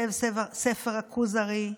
כותב ספר הכוזרי,